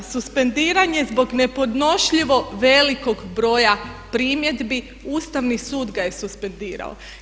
Suspendiranje zbog nepodnošljivo velikog broja primjeni, Ustavni sud ga je suspendirao.